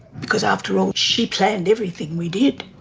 because after all she planned everything we did.